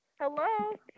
hello